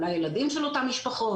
אולי הילדים של אותן משפחות,